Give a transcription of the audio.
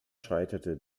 scheiterte